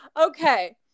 okay